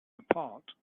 apart